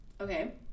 Okay